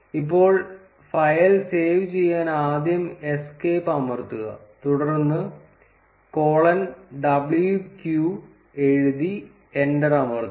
ഇപ്പോൾ file save ചെയ്യാൻ ആദ്യം എസ്കേപ്പ് അമർത്തുക തുടർന്ന് കോളൻ w q എഴുതി എന്റർ അമർത്തുക